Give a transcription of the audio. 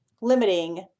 limiting